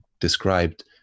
described